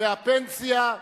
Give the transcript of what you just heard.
והפנסיה,